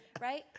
right